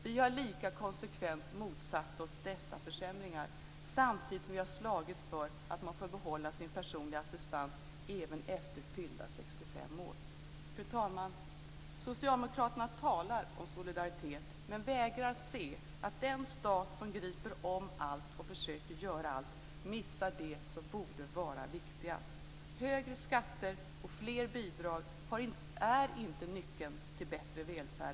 Vi har lika konsekvent motsatt oss dessa försämringar, samtidigt som vi har slagits för att man får behålla sin personlige assistent även efter fyllda 65 år. Fru talman! Socialdemokraterna talar om solidaritet, men de vägrar se att den stat som griper om allt och försöker göra allt missar det som borde vara viktigast. Högre skatter och fler bidrag är inte nyckeln till bättre välfärd.